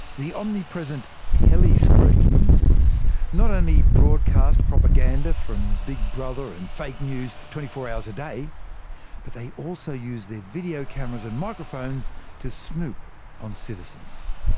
the omnipresent telescreens not only broadcast propaganda from big brother and fake news twenty four hours a day but they also use their video cameras and microphones to snoop on citizens.